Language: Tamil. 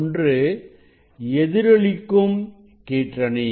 ஒன்று எதிரொலிக்கும் கீற்றணி